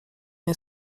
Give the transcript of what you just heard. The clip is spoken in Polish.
nie